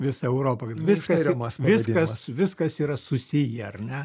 visą europą viskas viskas viskas yra susiję ar ne